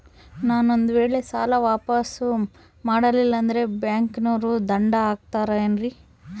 ನಾನು ಒಂದು ವೇಳೆ ಸಾಲ ವಾಪಾಸ್ಸು ಮಾಡಲಿಲ್ಲಂದ್ರೆ ಬ್ಯಾಂಕನೋರು ದಂಡ ಹಾಕತ್ತಾರೇನ್ರಿ?